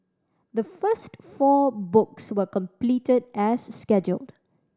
the first four books were completed as scheduled